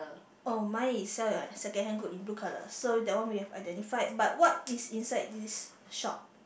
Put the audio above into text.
oh mine is sell your secondhand good in blue colour so that one we have identified but what is inside this shop